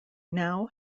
now